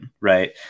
right